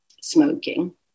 smoking